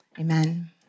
Amen